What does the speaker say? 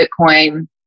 Bitcoin